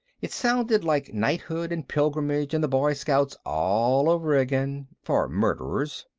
it sounded like knighthood and pilgrimage and the boy scouts all over again for murderers.